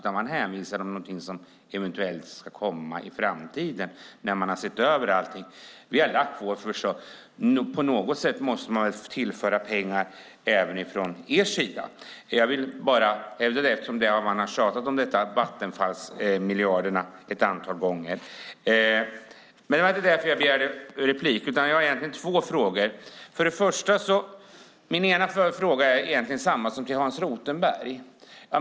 Man hänvisar till något som eventuellt ska komma i framtiden när man har sett över allting. Vi har lagt fram vårt förslag. Även ni måste väl se till att pengar tillförs på något sätt? Jag vill nämna det eftersom man har nämnt Vattenfallsmiljarderna ett antal gånger, men det var inte därför jag begärde replik. Min ena fråga är densamma som den jag ställde till Hans Rothenberg.